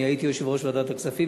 אני הייתי יושב-ראש ועדת הכספים,